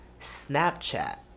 Snapchat